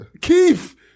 Keith